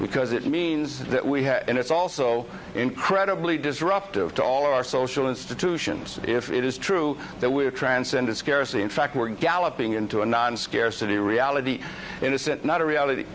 because it means that we have and it's also incredibly disruptive to all our social institutions if it is true that we have transcended scarcity in fact we're galloping into a non scarcity reality innocent not a reality